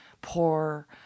poor